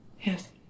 Yes